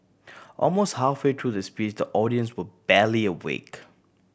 almost halfway through the speech the audience were barely awake